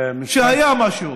שהיה משהו.